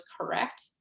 correct